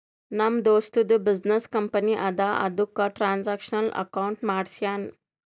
ನಮ್ ದೋಸ್ತದು business company ಅದಾ ಅದುಕ್ಕ ಟ್ರಾನ್ಸ್ಅಕ್ಷನಲ್ ಅಕೌಂಟ್ ಮಾಡ್ಸ್ಯಾನ್